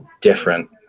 different